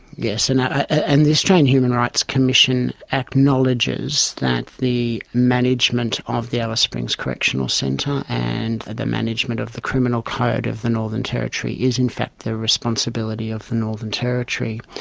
yes, and and the australian human rights commission acknowledges that the management of the alice springs correctional centre and the management of the criminal code of the northern territory is in fact the responsibility of the northern territory.